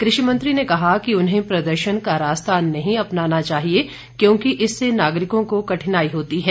कृषि मंत्री ने कहा कि उन्हें प्रदर्शन का रास्ता नहीं अपनाना चाहिए क्योंकि इससे नागरिकों को कठिनाई होती है